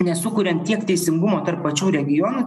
nesukuriant tiek teisingumo tarp pačių regionų